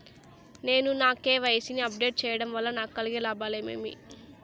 నేను నా కె.వై.సి ని అప్ డేట్ సేయడం వల్ల నాకు కలిగే లాభాలు ఏమేమీ?